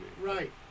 Right